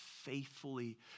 faithfully